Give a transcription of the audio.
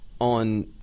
on